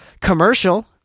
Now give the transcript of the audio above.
commercial